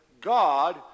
God